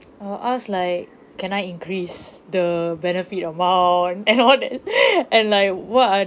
I'll ask like can I increase the benefit amount and all that and like what are